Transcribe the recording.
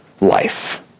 life